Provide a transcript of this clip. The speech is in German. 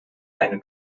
eine